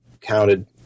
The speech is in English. counted